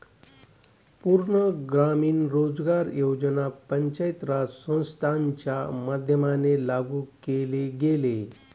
पूर्ण ग्रामीण रोजगार योजना पंचायत राज संस्थांच्या माध्यमाने लागू केले गेले